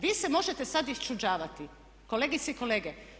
Vi se možete sad iščuđavati kolegice i kolege.